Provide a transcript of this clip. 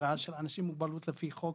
הגדרה של אנשים עם מוגבלות לפי חוק